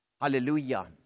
Hallelujah